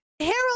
Harold